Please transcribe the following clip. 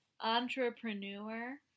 entrepreneur